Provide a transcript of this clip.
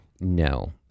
No